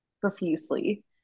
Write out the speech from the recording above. profusely